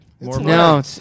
No